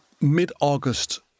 mid-August